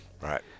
Right